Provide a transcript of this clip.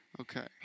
Okay